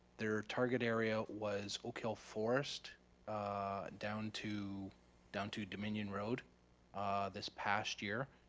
their target area was oakhill forest down to down to dominion road this past year.